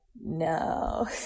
No